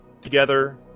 together